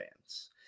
fans